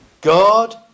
God